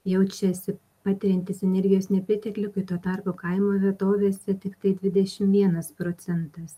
jaučiasi patiriantys energijos nepriteklių kai tuo tarpu kaimo vietovėse tiktai dvidešimt vienas procentas